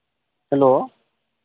hello